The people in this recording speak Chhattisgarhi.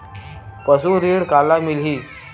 पशु ऋण काला मिलही?